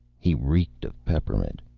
he reeked of peppermint.